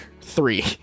three